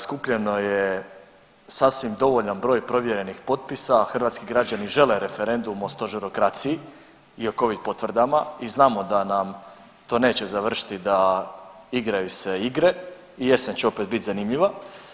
Skupljeno je sasvim dovoljan broj provjerenih potpisa, hrvatski građani žele referendum o stožerokraciji i o covid potvrdama i znamo da nam to neće završiti da igraju se igre, jesen će opet bit zanimljiva.